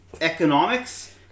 economics